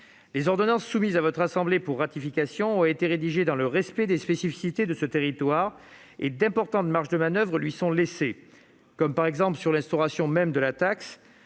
Les ordonnances soumises à votre assemblée pour ratification ont été rédigées dans le respect des spécificités de ce territoire, et d'importantes marges de manoeuvre lui sont laissées. C'est le cas, par exemple, sur l'instauration même de la taxe,